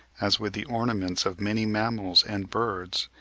as with the ornaments of many mammals and birds,